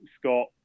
Scott